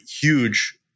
huge